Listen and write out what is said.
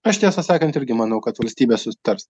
aš tiesą sakant irgi manau kad valstybės sutars